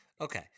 Okay